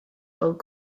gold